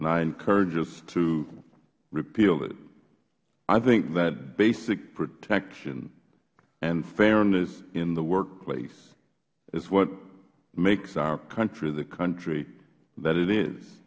and i encourage us to repeal it i think that basic protection and fairness in the workplace is what makes our country the country that it is